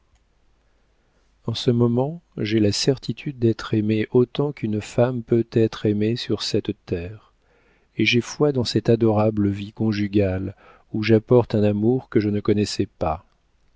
en ce moment j'ai la certitude d'être aimée autant qu'une femme peut être aimée sur cette terre et j'ai foi dans cette adorable vie conjugale où j'apporte un amour que je ne connaissais pas